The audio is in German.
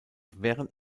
während